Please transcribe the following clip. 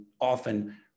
often